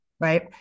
Right